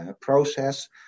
process